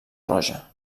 roja